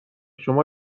شما